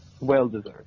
Well-deserved